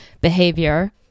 behavior